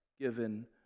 given